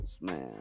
man